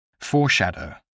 Foreshadow